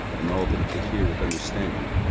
and all that could hear with understanding,